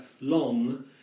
long